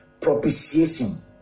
propitiation